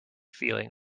feeling